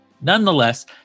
Nonetheless